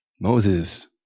Moses